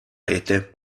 rete